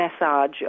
massage